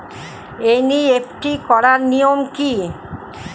NEFT করার নিয়ম কী?